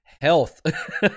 Health